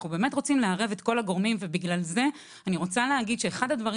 אנחנו באמת רוצים לערב את כל הגורמים ובגלל זה אני רוצה להגיד שאחד הדברים